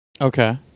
Okay